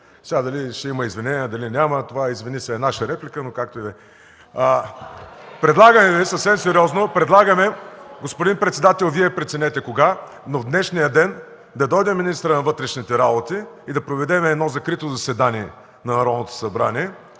Дали ще има извинение, или – няма, това „извини се” е наша реплика, но както и да е. Съвсем сериозно, предлагаме, господин председател, Вие преценете кога, но в днешния ден да дойде министърът на вътрешните работи и да проведем едно закрито заседание на Народното събрание,